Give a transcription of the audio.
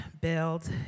build